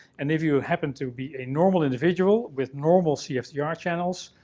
and if you happen to be a normal individual with normal cftr ah channels,